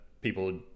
people